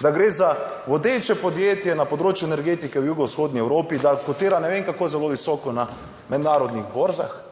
da gre za vodeče podjetje na področju energetike v jugovzhodni Evropi, da kotira ne vem kako zelo visoko na mednarodnih borzah,